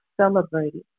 celebrated